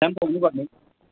त्यहाँ पनि पाउनुपर्ने